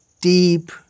deep